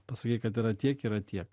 pasakei kad yra tiek yra tiek